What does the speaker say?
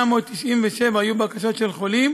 30,897 היו בקשות של חולים,